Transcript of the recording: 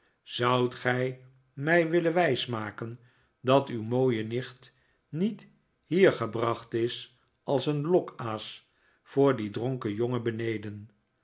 zoudt gij mij willen wijsmaken dat uw mooie nicht niet hier gebracht is als een lokaas voor dien dronken jongen beneden